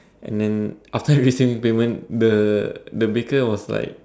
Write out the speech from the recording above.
and then after receiving the payment the the baker was like